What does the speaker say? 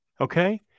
okay